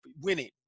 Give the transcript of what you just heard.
winning